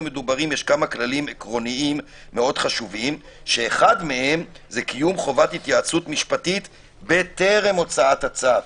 משום שאחד הכללים העקרוניים הוא קיום התייעצות משפטית בטרם הוצאת הצו.